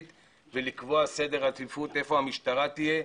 ולקבוע סדר עדיפות איפה המשטרה תהיה,